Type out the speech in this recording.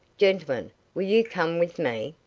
gentlemen, will you come with me?